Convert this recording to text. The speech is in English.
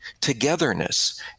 togetherness